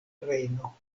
rejno